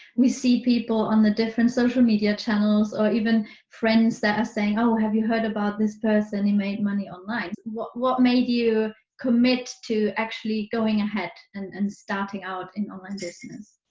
we see people on the different social media channels or even friends that are saying, oh, have you heard about this person who made money online? what what made you commit to actually going ahead and and starting out in online business?